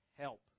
help